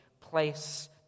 place